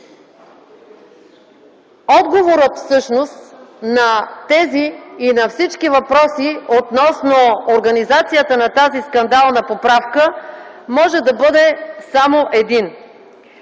Отговорът на тези и на всички въпроси относно организацията на скандалната поправка може да бъде само един.